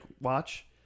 watch